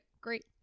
Great